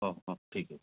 ହଁ ହଁ ଠିକ୍ ଅଛି